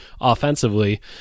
offensively